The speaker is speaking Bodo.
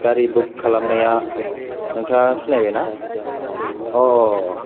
गारि बुख खालामनाया नोंथाङा सिनायबाय ना अ